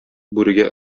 бүрегә